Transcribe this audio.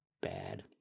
bad